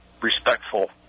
respectful